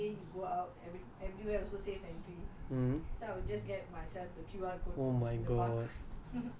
okay நான் வந்து:naan vanthu for myself you know now everyday you go out every everywhere also safe entry